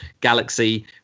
galaxy